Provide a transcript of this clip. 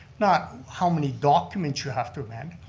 not how many documents you have to amend.